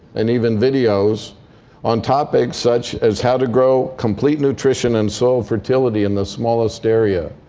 and even videos on topics such as how to grow complete nutrition and soil fertility in the smallest area.